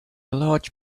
large